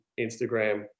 Instagram